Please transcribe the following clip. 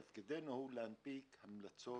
תפקידנו הוא להנפיק המלצות,